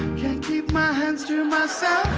keep my hands to myself